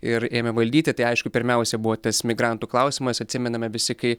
ir ėmė valdyti tai aišku pirmiausia buvo tas migrantų klausimas atsimename visi kai